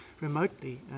remotely